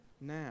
Now